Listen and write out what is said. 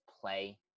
play